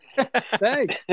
Thanks